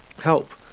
help